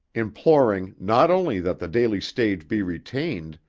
imploring not only that the daily stage be retained,